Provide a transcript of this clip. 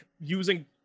using